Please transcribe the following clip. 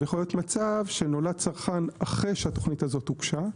יכול להיות מצב שנולד צרכן אחרי שהתוכנית הזו הוגשה,